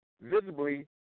visibly